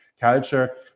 culture